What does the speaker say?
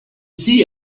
see